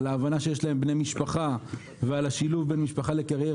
על ההבנה שיש להם בני משפחה והשילוב בין משפחה לקריירה